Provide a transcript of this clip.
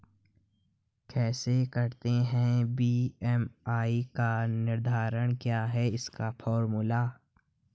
कैसे करते हैं बी.एम.आई का निर्धारण क्या है इसका फॉर्मूला?